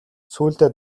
сүүлдээ